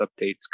updates